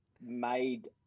made